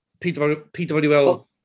PwL